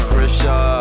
Pressure